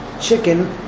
chicken